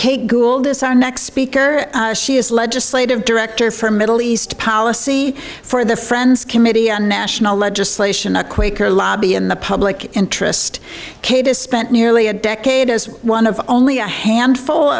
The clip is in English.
kate gould is our next speaker she is legislative director for middle east policy for the friends committee on national legislation a quaker lobby in the public interest kate has spent nearly a decade as one of only a handful